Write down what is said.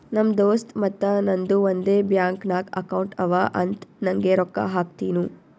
ನಮ್ ದೋಸ್ತ್ ಮತ್ತ ನಂದು ಒಂದೇ ಬ್ಯಾಂಕ್ ನಾಗ್ ಅಕೌಂಟ್ ಅವಾ ಅಂತ್ ನಂಗೆ ರೊಕ್ಕಾ ಹಾಕ್ತಿನೂ